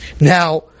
Now